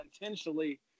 intentionally